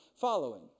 following